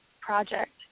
project